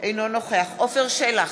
אינו נוכח עפר שלח,